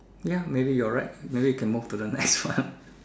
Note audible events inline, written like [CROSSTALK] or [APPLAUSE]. ya maybe you are right maybe you can move the next one [LAUGHS]